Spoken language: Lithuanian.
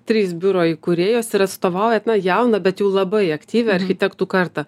trys biuro įkūrėjos ir atstovaujat na jauną bet jau labai aktyvią architektų kartą